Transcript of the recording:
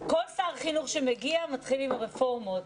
שמגיע שר חינוך, מתחילים עם הרפורמות.